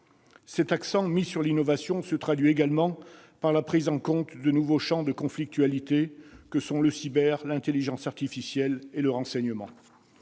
Cet accent mis sur l'innovation se traduit également par la prise en compte des nouveaux champs de conflictualité que sont le cyber, l'intelligence artificielle et le renseignement.